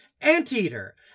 Anteater